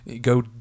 go